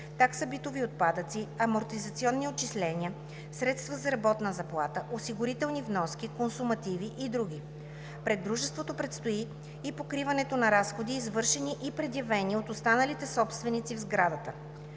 такса за битови отпадъци, амортизационни отчисления, средства за работна заплата, осигурителни вноски, консумативи и други. Пред дружеството предстои и покриването на разходи, извършени и предявени от останалите собственици в сградата.